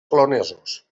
polonesos